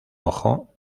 ojo